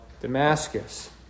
Damascus